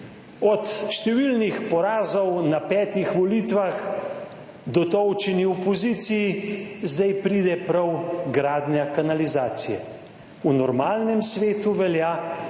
Od številnih porazov na petih volitvah dotolčeni opoziciji zdaj pride prav gradnja kanalizacije. V normalnem svetu velja,